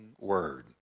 word